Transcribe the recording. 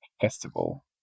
festival